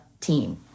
team